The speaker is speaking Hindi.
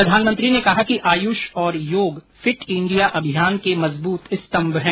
प्रधानमंत्री ने कहा कि आयुष और योग फिट इंडिया अभियान के मजबूत स्तम्भ हैं